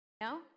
No